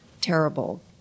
terrible